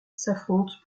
s’affrontent